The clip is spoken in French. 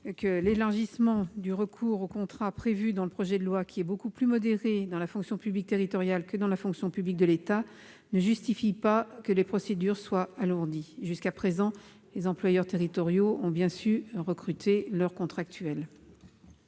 que l'élargissement du recours aux contrats prévus dans le projet de loi, qui est beaucoup plus modéré dans la fonction publique territoriale que dans la fonction publique de l'État, ne justifie pas que les procédures soient alourdies. Jusqu'à présent, les employeurs territoriaux ont bien su recruter leurs contractuels.